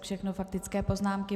Všechno faktické poznámky.